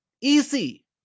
Easy